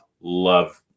love